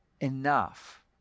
enough